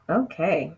okay